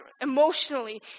emotionally